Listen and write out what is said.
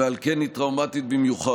ועל כן היא טראומטית במיוחד.